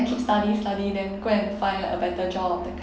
should study study then go and find a better job that kind